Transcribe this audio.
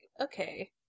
okay